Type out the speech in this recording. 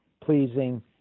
pleasing